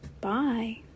Bye